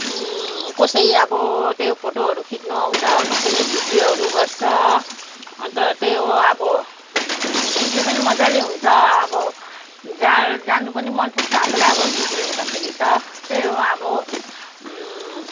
कसैले अब त्यो फोटोहरू खिच्नु आउँछ कसैले भिडियोहरू गर्छ अन्त त्यही हो अब बिक्री पनि मजाले हुन्छ अब जान जानु पनि मनपर्छ आफूलाई अब बिक्री हुँदाखेरि त त्यही हो अब